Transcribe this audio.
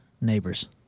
Neighbors